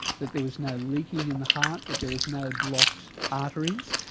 that there was no leaking in the heart, that there was no blocked arteries,